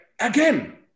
again